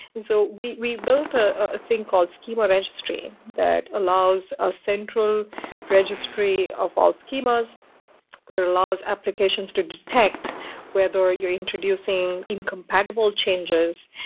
and so we we built ah a thing called schema registry that allows a central registry of all schemas that allows applications to detect whether you're introducing incompatible changes,